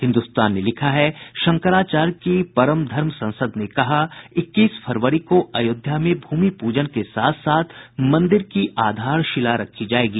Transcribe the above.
हिन्दुस्तान ने लिखा है शंकराचार्य की परम धर्म संसद ने कहा इक्कीस फरवरी को अयोध्या में भूमि प्रजन के साथ साथ मंदिर की आधारशिला रखी जायेगी